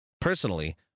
Personally